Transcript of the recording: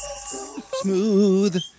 Smooth